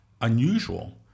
unusual